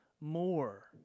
more